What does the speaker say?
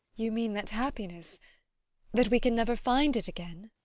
you mean that happiness that we can never find it again?